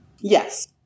Yes